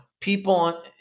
people